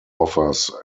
offers